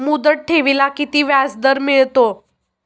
मुदत ठेवीला किती व्याजदर मिळतो?